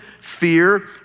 fear